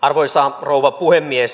arvoisa rouva puhemies